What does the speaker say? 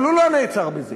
אבל הוא לא נעצר בזה.